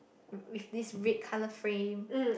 with this red colour frame